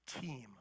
team